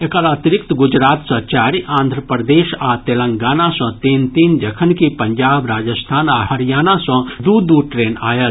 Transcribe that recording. एकर अतिरिक्त गुजरात सँ चारि आन्द्र प्रदेश आ तेलंगाना सँ तीन तीन जखनकि पंजाब राजस्थान आ हरियाणा सँ दू दू ट्रेन आयल